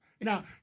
Now